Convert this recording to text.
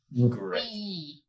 Great